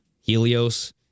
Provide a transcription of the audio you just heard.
Helios